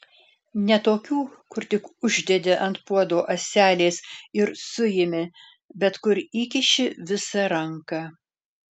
ne tokių kur tik uždedi ant puodo ąselės ir suimi bet kur įkiši visą ranką